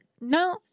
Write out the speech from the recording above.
No